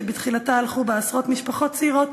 שבתחילתה הלכו בה עשרות משפחות צעירות,